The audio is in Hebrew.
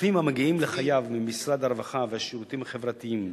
"כספים המגיעים לחייב ממשרד הרווחה והשירותים החברתיים